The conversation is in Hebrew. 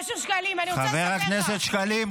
אני רוצה לספר לך --- חבר הכנסת שקלים,